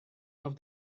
off